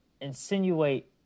insinuate